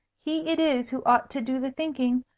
he it is who ought to do the thinking.